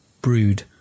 brood